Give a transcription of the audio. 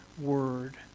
word